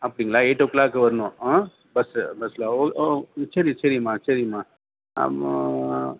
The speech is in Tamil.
அப்பிங்களா எயிட் ஓ க்ளாக்கு வருணும் ஆ பஸ்ஸு பஸ்ல ஓ ஓ சரி சரிம்மா சரிம்மா அம்ம